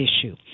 issue